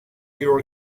your